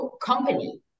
company